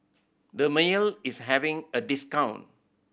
Dermale is having a discount